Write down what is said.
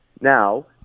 Now